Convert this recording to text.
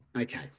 Okay